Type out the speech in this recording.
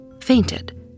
fainted